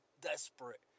desperate